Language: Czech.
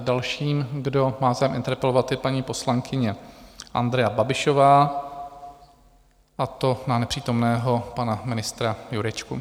Dalším, kdo má zájem interpelovat, je paní poslankyně Andrea Babišová, a to na nepřítomného pana ministra Jurečku.